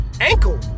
ankle